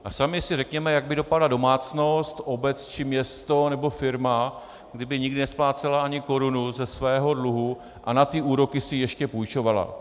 A sami si řekněme, jak by dopadla domácnost, obec či město nebo firma, kdyby nikdy nesplácela ani korunu ze svého dluhu a na úroky si ještě půjčovala.